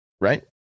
Right